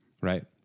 right